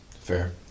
Fair